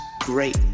Great